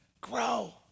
grow